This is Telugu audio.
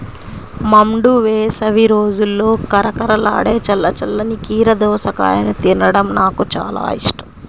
మండు వేసవి రోజుల్లో కరకరలాడే చల్ల చల్లని కీర దోసకాయను తినడం నాకు చాలా ఇష్టం